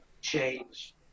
change